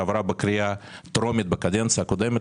שעברה בקריאה טרומית בקדנציה הקודמת,